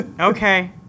Okay